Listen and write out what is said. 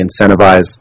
incentivize